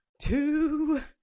two